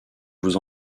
vous